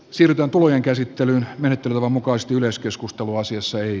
sirpa polojen käsittelyn menetelmän mukaisesti yleiskeskustelu asiassa y